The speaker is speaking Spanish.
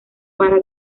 para